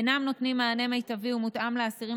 אינם נותנים מענה מיטבי ומותאם לאסירים